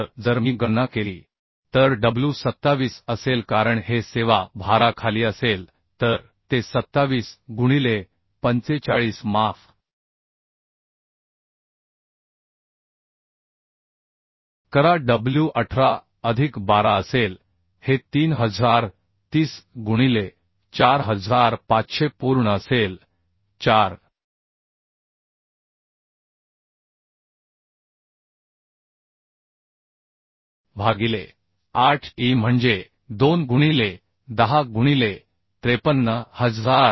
तर जर मी गणना केली तर w 27 असेल कारण हे सेवा भाराखाली असेल तर ते 27 गुणिले 45 माफ करा डब्ल्यू 18 अधिक 12 असेल हे 3030 गुणिले 4500 पूर्ण असेल 4 भागिले 8 e म्हणजे 2 गुणिले 10 गुणिले 53161